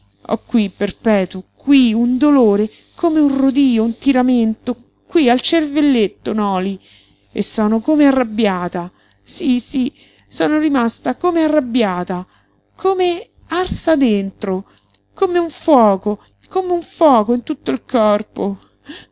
ho qui perpetuo qui un dolore come un rodío un tiramento qui al cervelletto noli e sono come arrabbiata sí sí sono rimasta come arrabbiata come arsa dentro con un ffuoco con un ffuoco in tutto il corpo